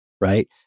right